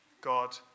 God